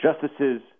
Justices